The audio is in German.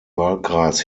wahlkreis